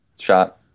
shot